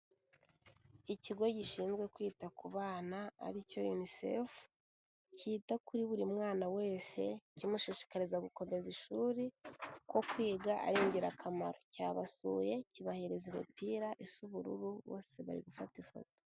Ikigo gishinzwe kwita ku bana ari cyo UNICEF cyita kuri buri mwana wese kimushishikariza gukomeza ishuri ko kwiga ari ingirakamaro. Cyabasuye kibahereza imipira isa ubururu. Bose barigufata ifoto.